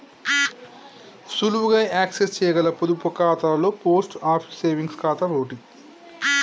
సులువుగా యాక్సెస్ చేయగల పొదుపు ఖాతాలలో పోస్ట్ ఆఫీస్ సేవింగ్స్ ఖాతా ఓటి